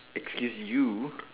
excuse you